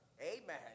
Amen